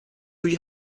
you